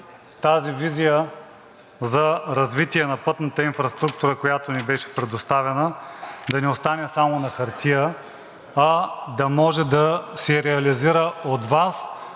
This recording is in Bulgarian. карта) за развитие на пътната инфраструктура, която ни беше предоставена, да не остане само на хартия, а да може да се реализира от Вас